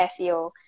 SEO